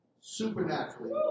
Supernaturally